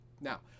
Now